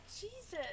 Jesus